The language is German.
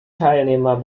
teilnehmer